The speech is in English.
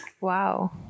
Wow